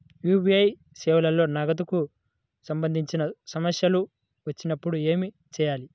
UPI సేవలలో నగదుకు సంబంధించిన సమస్యలు వచ్చినప్పుడు ఏమి చేయాలి?